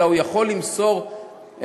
אלא הוא יכול למסור את,